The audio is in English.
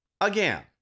again